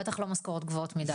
בטח לא משכורות גבוהות מדי.